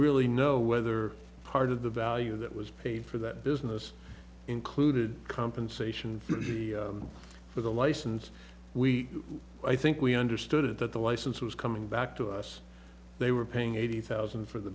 really know whether part of the value that was paid for that business included compensation for the license we i think we understood that the license was coming back to us they were paying eighty thousand for the